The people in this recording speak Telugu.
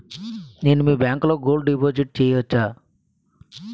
నేను మీ బ్యాంకులో గోల్డ్ డిపాజిట్ చేయవచ్చా?